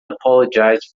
apologised